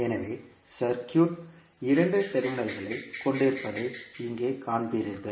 எனவே சர்க்யூட் இரண்டு டெர்மினல்களைக் கொண்டிருப்பதை இங்கே காண்பீர்கள்